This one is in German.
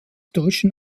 deutschen